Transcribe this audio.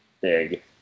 big